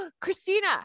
Christina